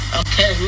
okay